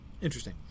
Interesting